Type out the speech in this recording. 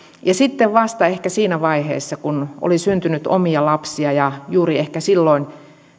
ja vasta ehkä siinä vaiheessa kun oli syntynyt omia lapsia ja juuri ehkä silloin